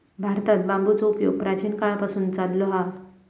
भारतात बांबूचो उपयोग प्राचीन काळापासून चाललो हा